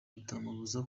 bitamubuza